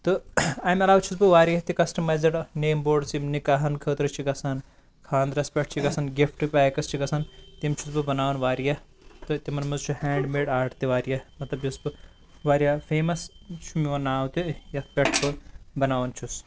تہٕ اَمہِ علاوٕ چھُس بہٕ واریاہ تہِ کَسٹمایزٕڈ نیم بوڑس یِم نَکاحَن خٲطرٕ چھ گژھان خاندرَس پٮ۪ٹھ چھِ گژھان گِفٹ پیکٔس چھِ گژھان تِم چھُس بہٕ بَناوان واریاہ تہٕ تِمن منٛز چھُ ہینڈ میڈ آٹ تہِ واریاہ مطلب یُس بہٕ واریاہ فیمَس چھُ میون ناو تہِ یَتھ پٮ۪ٹھ بہٕ بَناوان چھُس